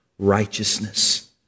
Righteousness